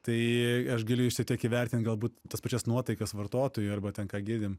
tai aš galiu šiek tiek įvertint galbūt tas pačias nuotaikas vartotojų arba ten ką girdim